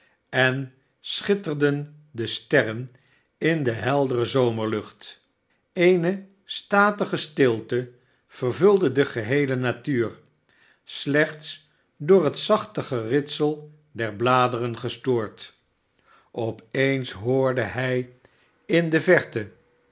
en schitterden de sterren in de heldere zomerlucht eene statige stilte vervulde de geheele natuur slechts door het zachte geritsel der bladeren gestoord op eens hoorde hij in barnaby rudge de verte